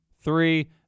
three